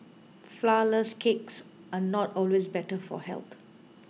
Flourless Cakes are not always better for health